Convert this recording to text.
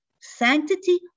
sanctity